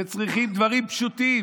שצריכים דברים פשוטים,